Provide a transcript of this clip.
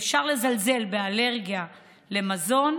הבין-לאומי.